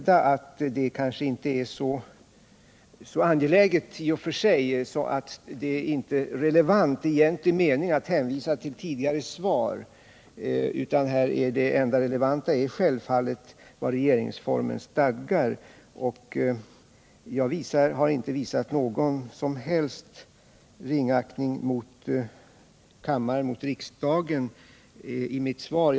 Det är kanske inte så relevant att hänvisa till tidigare svar. Det enda relevanta är självfallet vad regeringsformen stadgar. Jag har inte visat någon som helst ringaktning mot riksdagen i mitt svar.